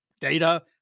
data